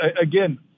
Again